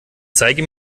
zeige